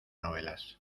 novelas